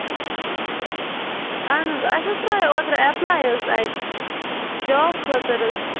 اہن حظ اَسہِ حظ ترایے اوترٕ اپلے حظ اتہ جاب خٲطرٕ حظ